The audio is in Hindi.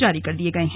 जारी कर दिए गए हैं